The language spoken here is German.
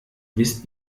wisst